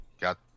got